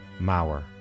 Mauer